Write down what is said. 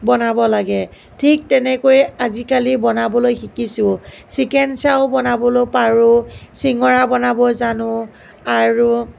বনাব লাগে ঠিক তেনেকৈ আজিকালি বনাবলৈ শিকিছোঁ চিকেন চাও বনাবলৈ পাৰোঁ চিঙৰা বনাব জানোঁ আৰু